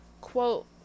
quote